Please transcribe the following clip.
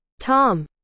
tom